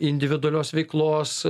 individualios veiklos